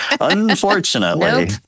unfortunately